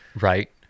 Right